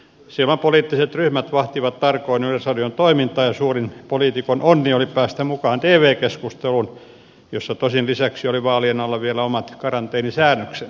silloin poliittiset ryhmät vahtivat tarkoin yleisradion toimintaa ja suurin poliitikon onni oli päästä mukaan tv keskusteluun jossa tosin lisäksi oli vaalien alla vielä omat karanteenisäännöksensä